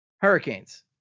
Hurricanes